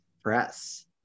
press